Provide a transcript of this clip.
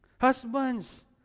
Husbands